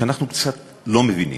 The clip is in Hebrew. שאנחנו קצת לא מבינים.